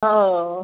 हो